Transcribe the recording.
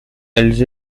elles